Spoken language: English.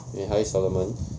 eh hi solomon